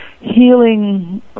healing